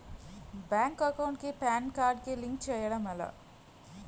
Bank account కి PAN card link చేయడం ఎలా?